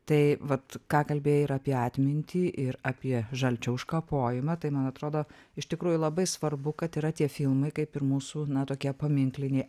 tai vat ką kalbėjai ir apie atmintį ir apie žalčio užkapojimą tai man atrodo iš tikrųjų labai svarbu kad yra tie filmai kaip ir mūsų na tokie paminkliniai